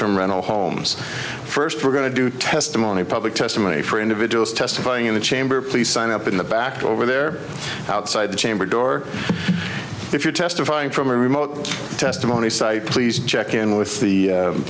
term rental homes first we're going to do testimony public testimony for individuals testifying in the chamber please sign up in the back over there outside the chamber door if you're testifying from a remote testimony site please check in with